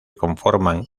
conforman